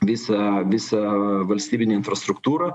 visą visą valstybinę infrastruktūrą